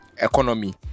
economy